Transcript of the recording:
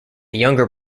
younger